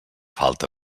falta